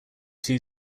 two